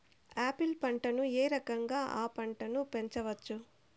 Apple పంటను ఏ రకంగా అ పంట ను పెంచవచ్చు?